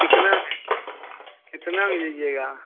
कितना में कितना में दीजिएगा